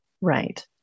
Right